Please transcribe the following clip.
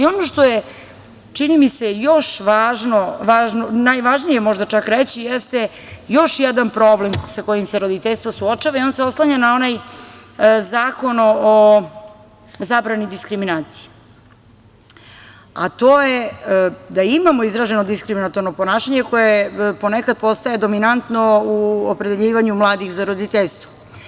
Ono što je, čini mi se, još važno, možda čak i najvažnije reći, jeste još jedan problem sa kojim se roditeljstvo suočava i ono se oslanja na onaj Zakon o zabrani diskriminacije, a to je da imamo izraženu diskriminatorno ponašanje koje ponekad postaje dominantno u opredeljivanju mladih za roditeljstvo.